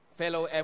fellow